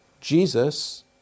Jesus